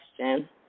question